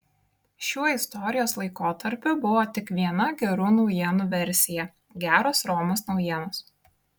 šiuo istorijos laikotarpiu buvo tik viena gerų naujienų versija geros romos naujienos